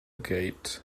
gate